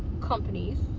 companies